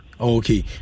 okay